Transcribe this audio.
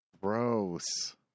gross